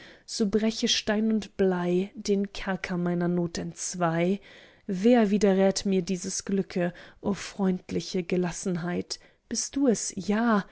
so breche stein und blei den kerker meiner not entzwei wer widerrät mir dieses glücke o freundliche gelassenheit bist du es ja